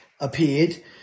appeared